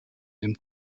dem